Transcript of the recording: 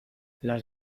las